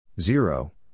Zero